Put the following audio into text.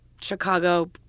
Chicago